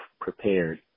prepared